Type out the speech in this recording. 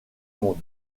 monde